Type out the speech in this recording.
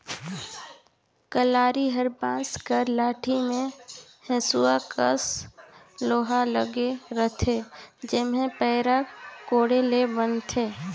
कलारी हर बांस कर लाठी मे हेसुवा कस लोहा लगे रहथे जेम्हे पैरा कोड़े ले बनथे